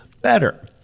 better